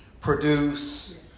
produce